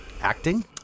Acting